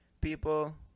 people